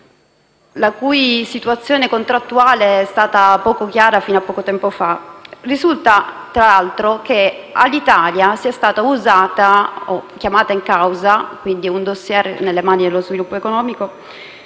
la cui situazione contrattuale è stata poco chiara fino a poco tempo fa. Risulta, tra l'altro, che Alitalia sia stata usata o chiamata in causa - quindi è un *dossier* nelle mani dello Sviluppo economico